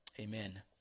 amen